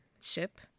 ship